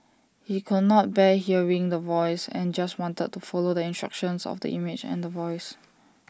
he could not bear hearing The Voice and just wanted to follow the instructions of the image and The Voice